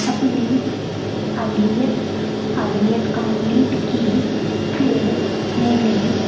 اپنی عالمیت عالمیت کمپلیٹ کی پھر میں نے